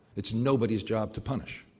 it's nobody's job to punish.